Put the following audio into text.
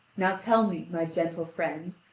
now tell me, my gentle friend,